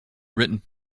written